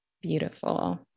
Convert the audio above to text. Beautiful